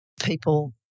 people